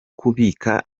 kubika